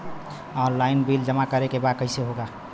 Online bill जमा करे के बा कईसे होगा?